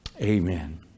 Amen